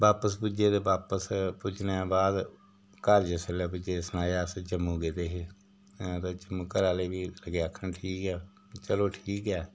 बापस पुज्जे ते बापस पुज्जने दे बाद घर जिसलै पुज्जे सनाया अस जम्मू गेदे हे घर आह्ले लगे आखन ठीक ऐ चलो ठीक ऐ